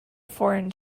foreign